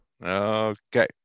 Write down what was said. Okay